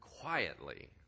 quietly